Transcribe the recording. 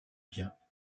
biens